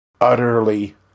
utterly